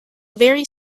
very